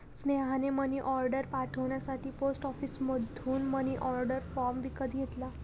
स्नेहाने मनीऑर्डर पाठवण्यासाठी पोस्ट ऑफिसमधून मनीऑर्डर फॉर्म विकत घेतला